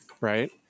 right